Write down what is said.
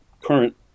current